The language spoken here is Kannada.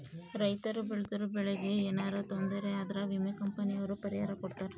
ರೈತರು ಬೆಳ್ದಿರೋ ಬೆಳೆ ಗೆ ಯೆನರ ತೊಂದರೆ ಆದ್ರ ವಿಮೆ ಕಂಪನಿ ಅವ್ರು ಪರಿಹಾರ ಕೊಡ್ತಾರ